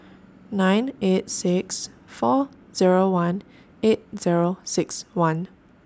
nine eight six four Zero one eight Zero six one